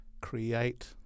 create